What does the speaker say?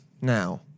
Now